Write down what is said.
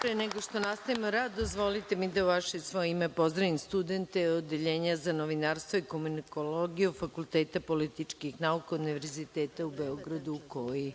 Pre nego što nastavimo rad, dozvolite mi da u vaše i svoje ime pozdravim studente Odeljenja za novinarstvo i komunikologiju FPN Univerziteta u Beogradu, koji